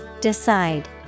decide